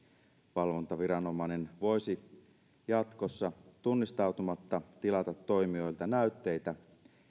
valvontaviranomainen voisi jatkossa tunnistautumatta tilata toimijoilta näytteitä